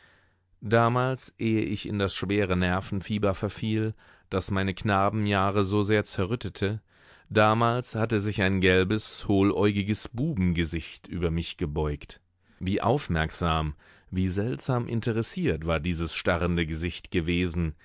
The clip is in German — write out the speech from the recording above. damals ehe ich in das schwere nervenfieber verfiel das meine knabenjahre so sehr zerrüttete damals hatte sich ein gelbes hohläugiges bubengesicht über mich gebeugt wie aufmerksam wie seltsam interessiert war dieses starrende gesicht gewesen